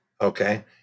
Okay